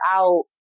out